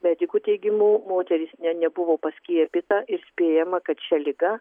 medikų teigimu moteris ne nebuvo paskiepyta ir spėjama kad šia liga